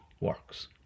works